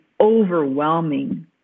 overwhelming